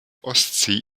ostsee